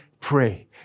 pray